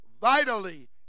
vitally